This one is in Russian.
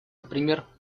например